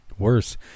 worse